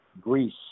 Greece